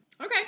Okay